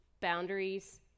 boundaries